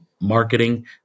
marketing